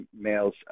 males